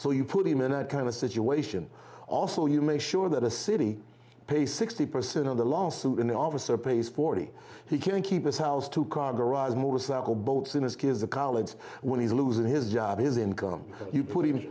so you put him in that kind of situation also you make sure that a city pay sixty percent of the lawsuit and the officer pays forty he can keep his house two car garage motorcycle boats in his kids a college when he's losing his job his income you put